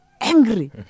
angry